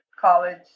college